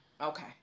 Okay